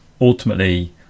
ultimately